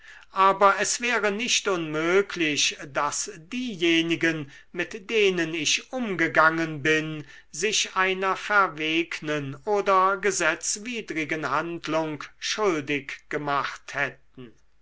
aber es wäre nicht unmöglich daß diejenigen mit denen ich umgegangen bin sich einer verwegnen oder gesetzwidrigen handlung schuldig gemacht hätten